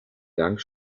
gang